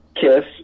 Kiss